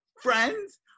friends